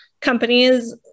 companies